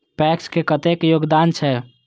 PACS के कतेक योगदान छै?